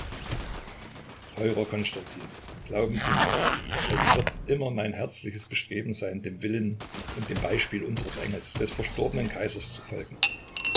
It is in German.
glauben sie mir es wird immer mein herzliches bestreben sein dem willen und dem beispiel unseres engels des verstorbenen kaisers zu folgen